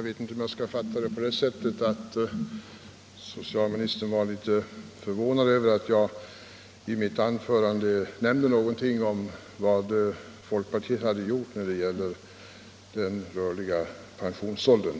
Herr talman! Jag vet inte om jag skall fatta socialministern på det sättet, att han var förvånad över att jag i mitt anförande nämnde någonting om vad folkpartiet gjort när det gäller den rörliga pensionsåldern